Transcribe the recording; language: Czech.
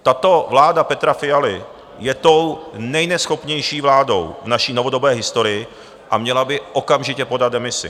Tato vláda Petra Fialy je tou nejneschopnější vládou v naší novodobé historii a měla by okamžitě podat demisi.